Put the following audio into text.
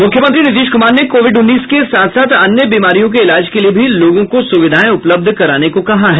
मूख्यमंत्री नीतीश कुमार ने कोविड उन्नीस के साथ साथ अन्य बीमारियों के इलाज के लिए भी लोगों को सुविधाएं उपलब्ध कराने को कहा है